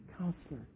Counselor